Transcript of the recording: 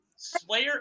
Slayer